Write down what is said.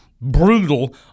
brutal